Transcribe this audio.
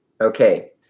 Okay